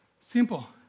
simple